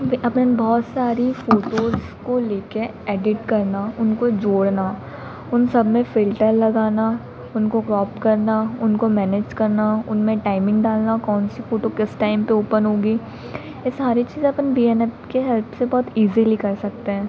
अपन बहुत सारी फ़ोटोज़ को लेकर एडिट करना उनको जोड़ना उन सबमें फ़िल्टर लगाना उनको क्रॉप करना उनको मैनेज करना उनमें टाइमिंग डालना कौन सी फ़ोटो किस टाइम पर ओपन होगी यह सारी चीज़ें अपन वी एन ऐप की हेल्प से बहुत ईज़िली कर सकते हैं